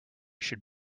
should